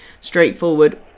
straightforward